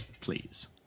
please